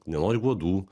nenori uodų